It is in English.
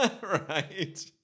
right